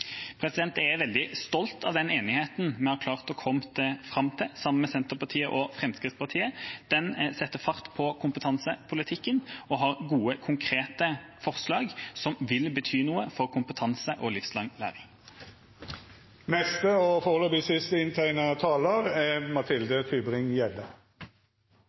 Jeg er veldig stolt over den enigheten vi har klart å komme fram til sammen med Senterpartiet og Fremskrittspartiet. Den setter fart på kompetansepolitikken og har gode og konkrete forslag som vil bety noe for kompetanse og livslang læring. Jeg synes ikke representanten Tvedt Solberg er